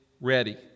ready